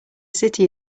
city